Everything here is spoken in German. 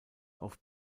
auf